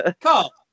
Carl